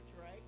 right